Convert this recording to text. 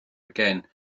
again